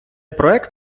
проект